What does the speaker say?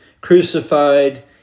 crucified